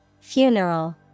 Funeral